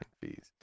fees